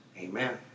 amen